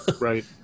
right